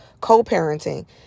co-parenting